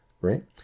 right